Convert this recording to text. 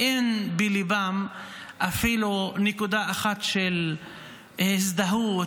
אין בליבם אפילו נקודה אחת של הזדהות,